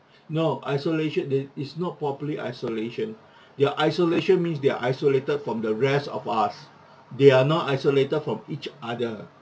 no isolation it is not properly isolation their isolation means they're isolated from the rest of us they are not isolated from each other